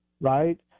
Right